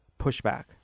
pushback